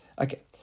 Okay